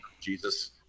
Jesus